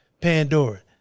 Pandora